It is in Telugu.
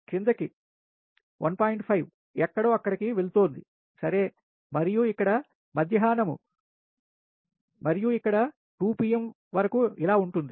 5 ఎక్కడో అక్కడ కి వెళుతోంది సరే మరియు ఇక్కడ మధ్యాహ్నం 2 గంటల వరకు ఇలా ఉంటుంది